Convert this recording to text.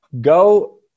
Go